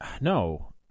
No